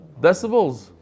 decibels